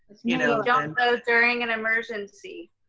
you know go um go during an emergency.